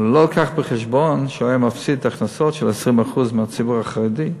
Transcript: אבל הוא לא לקח בחשבון שהוא היה מפסיד הכנסות של 20% מהציבור החרדי.